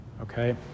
Okay